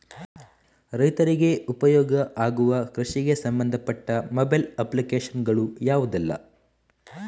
ರೈತರಿಗೆ ಉಪಯೋಗ ಆಗುವ ಕೃಷಿಗೆ ಸಂಬಂಧಪಟ್ಟ ಮೊಬೈಲ್ ಅಪ್ಲಿಕೇಶನ್ ಗಳು ಯಾವುದೆಲ್ಲ?